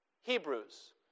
Hebrews